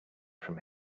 from